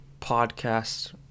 podcast